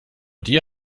dir